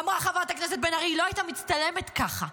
אמרה חברת הכנסת בן ארי, היא לא היית מצטלמת ככה.